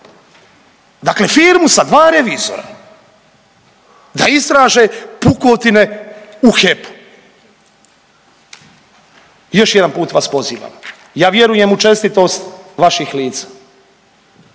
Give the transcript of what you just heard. Dakle, firmu sa dva revizora da istraže pukotine u HEP-u. Još jedan put vas pozivam, ja vjerujem u čestitost vaših lica,